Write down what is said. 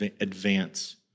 advance